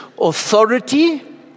authority